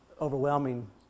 overwhelming